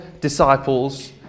disciples